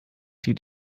steht